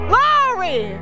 Glory